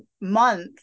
month